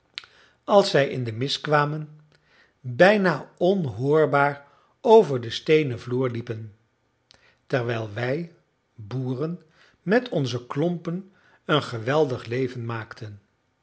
als zij in de mis kwamen bijna onhoorbaar over den steenen vloer liepen terwijl wij boeren met onze klompen een geweldig leven maakten